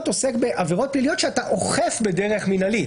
עוסק בעבירות פליליות שאתה אוכף בדרך מינהלית.